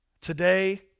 Today